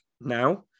now